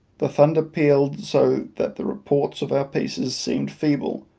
the thunder pealed so that the reports of our pieces seemed feeble,